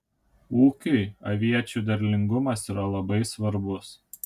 ūkiui aviečių derlingumas yra labai svarbus